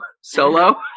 Solo